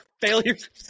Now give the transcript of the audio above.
Failures